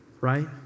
right